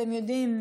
אתם יודעים,